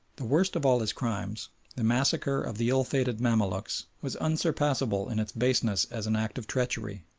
the worst of all his crimes the massacre of the ill-fated mamaluks was unsurpassable in its baseness as an act of treachery,